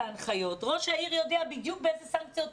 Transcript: ההנחיות ראש העיר יודע בדיוק באיזה סנקציות,